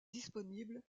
disponible